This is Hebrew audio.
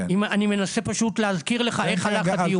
אני מנסה פשוט להזכיר לך איך הלך הדיון.